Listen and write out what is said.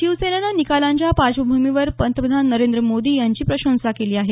शिवसेनेनं निकालांच्या पार्श्वभूमीवर पंतप्रधान नरेंद्र मोदी यांची प्रशंसा केली आहे